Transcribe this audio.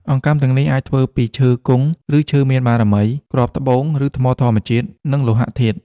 អង្កាំទាំងនេះអាចធ្វើពីឈើគង់ ឬឈើមានបារមី គ្រាប់ត្បូង ឬថ្មធម្មជាតិ និងលោហៈធាតុ។